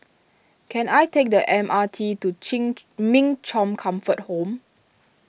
can I take the M R T to Chin Min Chong Comfort Home